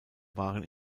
waren